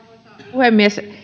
puhemies